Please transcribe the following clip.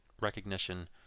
recognition